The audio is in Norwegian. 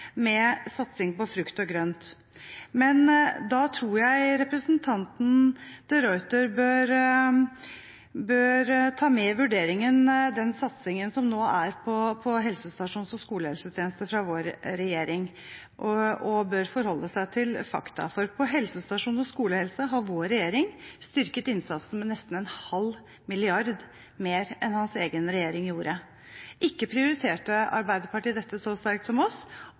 med satsing på frukt og grønt. Da tror jeg representanten de Ruiter bør ta med i vurderingen den satsingen som nå er på helsestasjoner og skolehelsetjeneste fra vår regjering og bør forholde seg til fakta. Når det gjelder helsestasjon og skolehelse, har vår regjering styrket innsatsen med nesten en halv milliard kroner mer enn hans egen regjering gjorde. Ikke prioriterte Arbeiderpartiet dette så sterkt som oss,